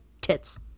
tits